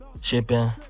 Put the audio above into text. shipping